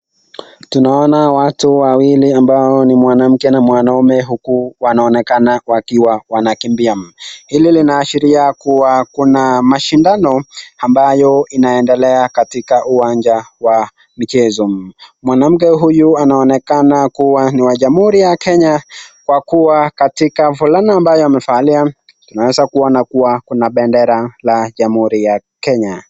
Tunaona watu wawili ambao ni mwanamke na mwanaume huku wanaonekana wakiwa wanakimbia, hili linaashiria kuwa kuna mashindano ambayo inaendelea katika uwanja wa michezo. Mwanamke huyo anaonekana kuwa ni wa jamhuri ya Kenya kw akuwa katika fulana ambayo amevalia tunaweza kuwa kuna bendera la jamhuri ya Kenya.